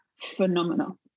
phenomenal